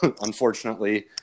unfortunately